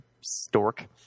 stork